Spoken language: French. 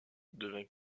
devint